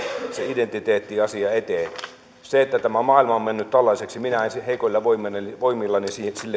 identiteettiasia eteen sille että tämä maailma on mennyt tällaiseksi minä en heikoilla voimillani voimillani